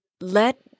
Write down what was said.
let